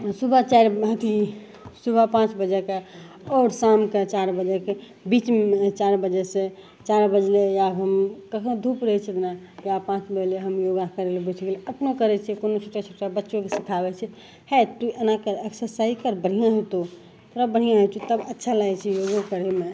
सुबह चारि अथी सुबह पाँच बजेके आओर शामके चारि बजेके बीचमे चारि बजेसँ चारि बजलय या हम कहाँ धूप रहय छै वएह पाँच बजलय हम योगा करय लए बैठ गेलियै अपनो करय छियै कोनो छोटा छोटा बच्चोंके सीखाबय छियै हे तू एना करऽ एक्सरसाइज कर बढ़िआँ होतौ तोरा बढ़िआँ होइ छौ तब अच्छा लगय छै योगो करयमे